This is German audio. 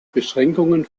beschränkungen